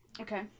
okay